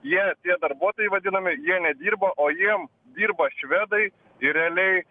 jie tie darbuotojai vadinami jie nedirba o jiem dirba švedai ir realiai